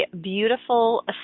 beautiful